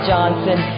Johnson